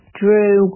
drew